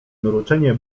mruczenie